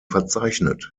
verzeichnet